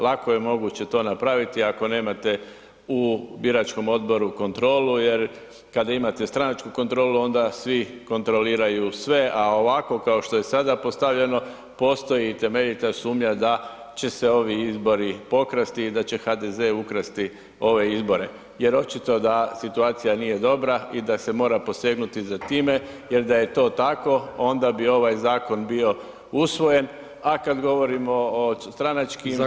Lako je moguće to napraviti ako nemate u biračkom odboru kontrolu jer kada imate stranačku kontrolu, onda svi kontroliraju sve, a ovako kao što je sada postavljeno, postoji temeljita sumnja da će se ovi izbori pokrasti i da će HDZ ukrasti ove izbore jer očito da situacija nije dobra i da se mora posegnuti za time jer da je to tako, onda bi ovaj zakon bio usvojen, a kad govorimo o stranačkim [[Upadica Brkić: Zahvaljujem.]] Hvala.